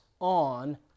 on